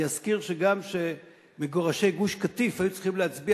אני אזכיר שגם כשמגורשי גוש-קטיף היו צריכים להצביע,